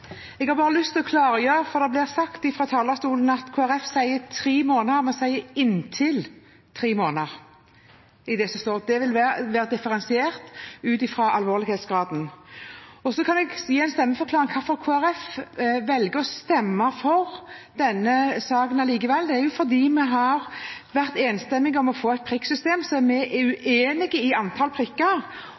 sagt fra talerstolen at Kristelig Folkeparti sier «tre måneder». Vi sier: «inntil tre måneder». Det vil være differensiert, ut fra alvorlighetsgraden. Så kan jeg gi en stemmeforklaring på hvorfor Kristelig Folkeparti likevel velger å stemme for denne saken: Vi har vært enstemmige om å få et prikksystem. Så er vi uenig i antall prikker,